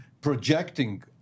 projecting